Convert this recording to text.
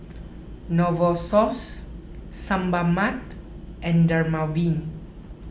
Novosource Sebamed and Dermaveen